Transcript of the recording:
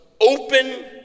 open